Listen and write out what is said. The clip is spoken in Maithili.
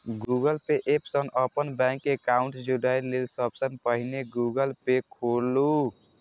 गूगल पे एप सं अपन बैंक एकाउंट जोड़य लेल सबसं पहिने गूगल पे खोलू